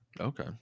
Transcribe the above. Okay